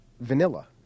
Vanilla